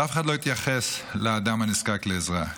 ואף אחד לא התייחס לאדם הנזקק לעזרה.